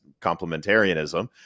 complementarianism